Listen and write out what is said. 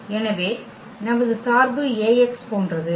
எனவே நமது சார்பு Ax போன்றது